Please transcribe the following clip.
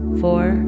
four